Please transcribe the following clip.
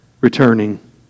returning